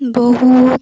ବହୁ